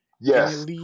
yes